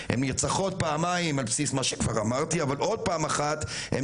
הן נרצחות פעמיים על בסיס מה שכבר אמרתי אבל עוד פעם אחת הן